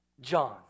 John